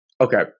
Okay